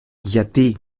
γιατί